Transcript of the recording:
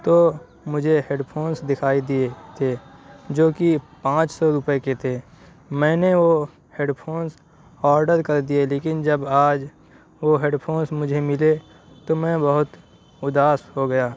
تو مجھے headphones دکھائی دیے تھے جو کہ پانچ سو روپے کے تھے میں نے وہ ہیڈ فونس آڈر کر دیے لیکن جب آج وہ ہیڈ فونس مجھے ملے تو میں بہت اداس ہو گیا